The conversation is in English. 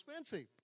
expensive